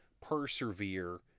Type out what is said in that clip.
persevere